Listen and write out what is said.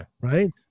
Right